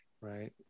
right